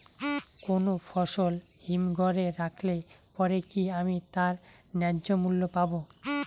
কোনো ফসল হিমঘর এ রাখলে পরে কি আমি তার ন্যায্য মূল্য পাব?